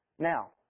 Now